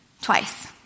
Twice